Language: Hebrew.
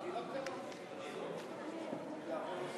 הצעת חוק תאגידי מים וביוב (תיקון,